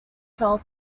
fell